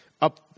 up